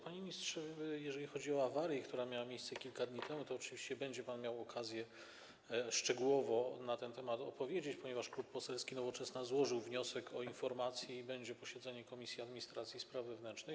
Panie ministrze, jeżeli chodzi o awarię, która miała miejsce kilka dni temu, to oczywiście będzie pan miał okazję szczegółowo się na ten temat wypowiedzieć, ponieważ Klub Poselski Nowoczesna złożył wniosek o informację, będzie posiedzenie Komisji Administracji i Spraw Wewnętrznych.